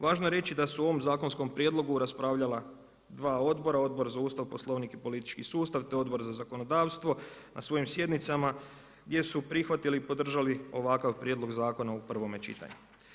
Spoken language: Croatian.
Važno je reći da su o ovom zakonskom prijedlogu raspravljala dva odbora, Odbor za Ustav, Poslovnik i politički sustav te Odbor za zakonodavstvo na svojim sjednicama gdje su prihvatili i podržati ovakav prijedlog zakona u prvome čitanju.